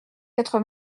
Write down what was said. quatre